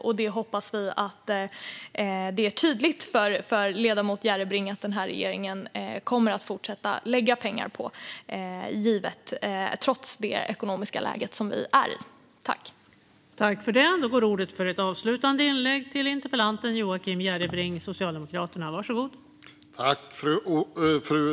Jag hoppas att det är tydligt för ledamoten Järrebring att denna regering kommer att fortsätta att lägga pengar på detta trots det ekonomiska läge som vi befinner oss i.